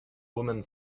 woman